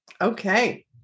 Okay